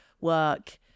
work